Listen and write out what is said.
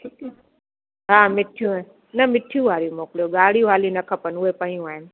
हा मिठियूं ऐं न मिठियूं वारियूं मोकिलियो ॻाढ़ियूं हाली न खपनि उहे पयूं आहिनि